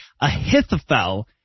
Ahithophel